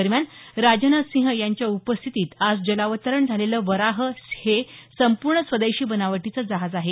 दरम्यान राजनाथसिंह यांच्या उपस्थितीत आज जलावतरण झालेलं वराह हे संपूर्ण स्वदेशी बनावटीचं जहाज आहे